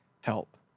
help